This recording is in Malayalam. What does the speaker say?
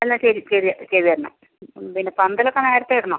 എന്നാ ശരി ശരി ചെയ്ത് തരണം പിന്നെ പന്തലൊക്ക നേരത്തേ ഇടണം